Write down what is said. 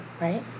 Right